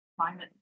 climate